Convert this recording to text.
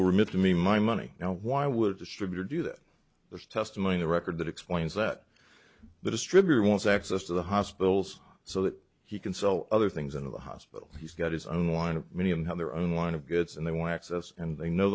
were made to me my money now why would distributor do that there's testimony in the record that explains that the distributor wants access to the hospitals so that he can sell other things in the hospital he's got his own wine and many of them have their own line of goods and they want access and they know